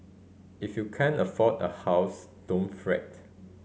if you can't afford a house don't fret